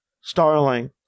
Starling